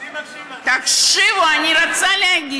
אני מקשיב לך.